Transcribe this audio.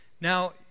Now